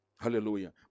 Hallelujah